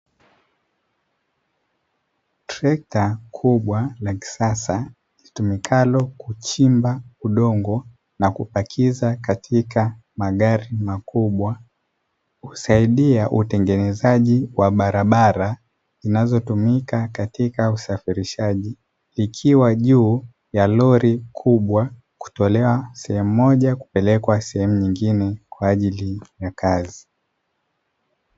Trekta kubwa la kisasa litumikalo kuchimba udongo na kupakiza katika magari makubwa. Kusaidia utengenezaji wa barabara zinazotumika katika usafirishaji, ikiwa juu ya lori kubwa kutolewa sehemu moja kupelekwa sehemu nyingine kwa ajili ya kazi.